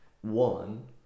one